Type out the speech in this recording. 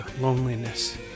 loneliness